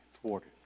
thwarted